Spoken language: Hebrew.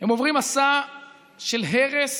הם עוברים מסע של הרס